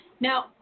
Now –